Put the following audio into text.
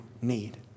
need